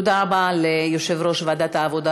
תודה רבה ליושב-ראש ועדת העבודה,